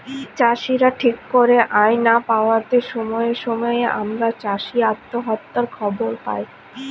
চাষীরা ঠিক করে আয় না পাওয়াতে সময়ে সময়ে আমরা চাষী আত্মহত্যার খবর পাই